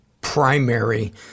primary